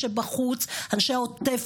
בשעה קשה זו,